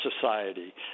society